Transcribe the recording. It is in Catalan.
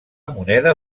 moneda